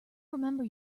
remember